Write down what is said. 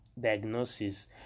diagnosis